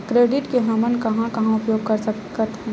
Credit के हमन कहां कहा उपयोग कर सकत हन?